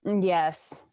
Yes